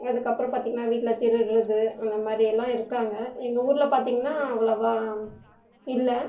அதுக்கப்புறம் பார்த்திங்கன்னா வீட்டில் திருடுறது அந்தமாதிரியெல்லாம் இருக்காங்க எங்கள் ஊரில் பார்த்திங்கன்னா அவ்வளோவா இல்லை